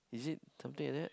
is it something like that